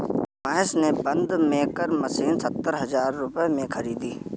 महेश ने bund maker machine सतरह हजार रुपए में खरीदी